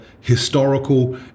historical